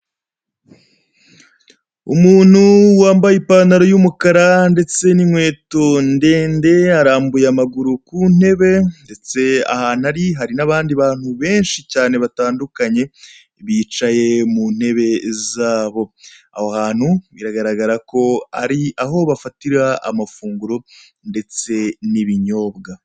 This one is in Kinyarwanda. Umuntu wambaye ipantaro y'umukara ndetse n'inkweto ndende arambuye amaguru ku ntebe, ndetse ahantu ari hari n'abandi bantu benshi cyane batandukanye, bicaye mu ntebe zabo. Aho hantu biragaragara ko ari aho bafatira amafunguro ndetse vn'ibinyobwa.